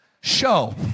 show